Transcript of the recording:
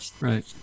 Right